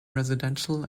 residential